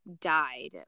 died